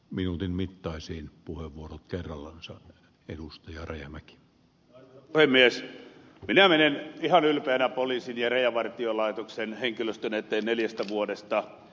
minuutin mittaisiin puhua kerralla iso edusta ja rajamäki päämies minä menen ihan ylpeänä poliisin ja rajavartiolaitoksen henkilöstön eteen neljästä vuodesta